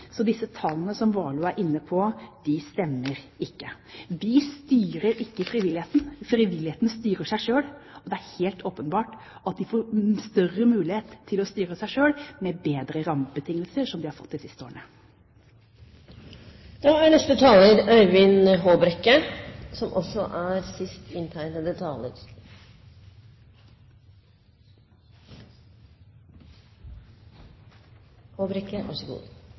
så disse tallene som Warloe er inne på, stemmer ikke. Vi styrer ikke frivilligheten, frivilligheten styrer seg selv. Det er helt åpenbart at de får større mulighet til å styre seg selv, med bedre rammebetingelser, som de har fått de siste årene. Det har vært en interessant, men også på mange måter en klargjørende debatt. Når det gjelder Frifond, som